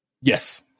Yes